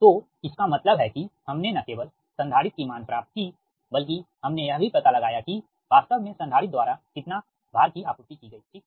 तो इसका मतलब है की हमने न केवल संधारित्र की मान प्राप्त की बल्कि हमने यह भी पता लगाया की वास्तव में संधारित्र द्वारा कितना VAR की आपूर्ति की गई ठीक